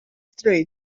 street